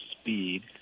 speed